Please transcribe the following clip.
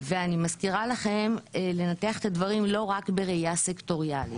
ואני מזכירה לכם לנתח את הדברים לא רק בראייה סקטוריאלית.